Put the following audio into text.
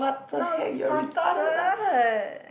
not sponsored